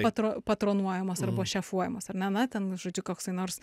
patro patronuojamos arba šefuojamos ar ne na ten žodžiu koksai nors